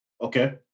Okay